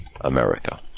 America